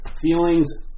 Feelings